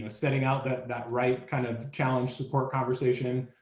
setting out that that right kind of challenge support conversation?